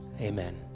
amen